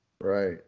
Right